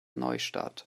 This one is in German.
neustadt